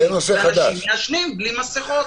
ואנשים מעשנים בלי מסכות.